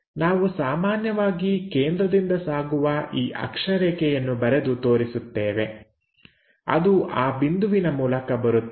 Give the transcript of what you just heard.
ನಾವು ಸಾಮಾನ್ಯವಾಗಿ ಕೇಂದ್ರದಿಂದ ಸಾಗುವ ಈ ಅಕ್ಷರೇಖೆಯನ್ನು ಬರೆದು ತೋರಿಸುತ್ತೇವೆ ಅದು ಆ ಬಿಂದುವಿನ ಮೂಲಕ ಬರುತ್ತದೆ